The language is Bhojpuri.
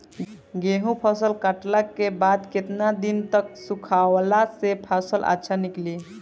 गेंहू फसल कटला के बाद केतना दिन तक सुखावला से फसल अच्छा निकली?